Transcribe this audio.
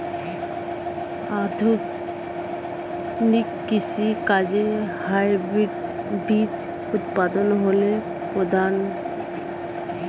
আধুনিক কৃষি কাজে হাইব্রিড বীজ উৎপাদন হল প্রধান